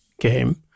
game